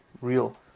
real